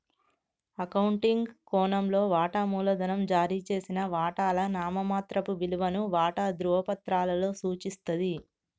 accounting కోణంలో, వాటా మూలధనం జారీ చేసిన వాటాల నామమాత్రపు విలువను వాటా ధృవపత్రాలలో సూచిస్తది